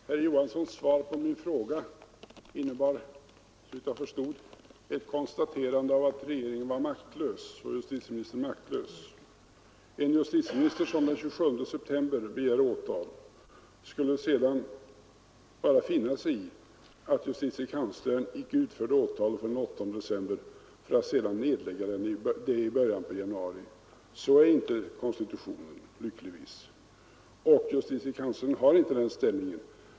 Fru talman! Herr Johanssons i Trollhättan svar på min fråga innebar såvitt jag förstår ett konstaterande av att regeringen skulle vara maktlös, likaså justitieministern. En justitieminister som den 27 september begär åtal skulle sedan bara finna sig i att justitiekanslern gick ut och förde åtal den 28 september för att sedan nedlägga åtalet i början av januari. Så är inte konstitutionen beskaffad — lyckligtvis — och justitiekanslern har inte den ställningen.